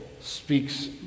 speaks